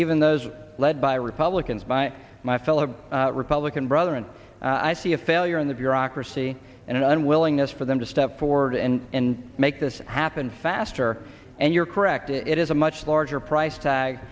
even those led by republicans by my fellow republican brother and i see a failure in the bureaucracy and i'm willingness for them to step forward and make this happen faster and you're correct it is a much larger price tag